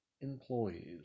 employees